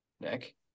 Nick